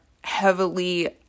heavily